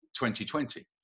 2020